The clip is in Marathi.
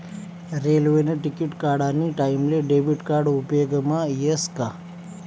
रेल्वेने तिकिट काढानी टाईमले डेबिट कार्ड उपेगमा यस का